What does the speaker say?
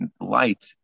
light